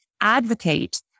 advocate